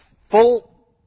full